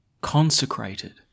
consecrated